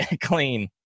clean